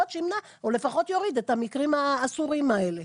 יכול להיות שימנע או לפחות יפחית את המקרים האסורים האלה.